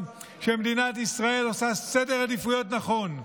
שמדינת ישראל עושה סדר עדיפויות נכון,